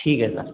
ठीक है सर